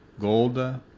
Golda